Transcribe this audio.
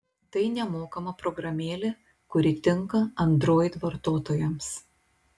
tai nemokama programėlė kuri tinka android vartotojams